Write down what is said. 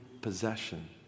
possession